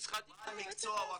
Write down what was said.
ובמשרדים --- בעל מקצוע או אקדמאים?